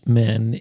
men